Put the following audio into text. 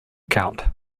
count